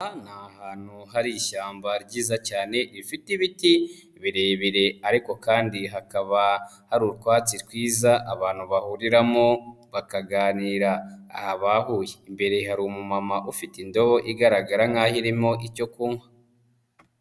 Hantu hari ishyamba ryiza cyane rifite ibiti birebire ariko kandi hakaba hari utwatsi twiza abantu bahuriramo bakaganira. Aha bahuye. Imbere hari umu mama ufite indobo igaragara nk'aho irimo icyo kunywa.